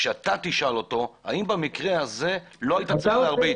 כשאתה תשאל אותו: האם במקרה הזה לא היית צריך להרביץ?